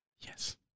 Yes